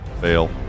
fail